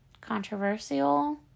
controversial